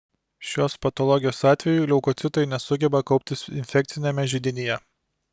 šios patologijos atveju leukocitai nesugeba kauptis infekciniame židinyje